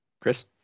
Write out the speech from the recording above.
Chris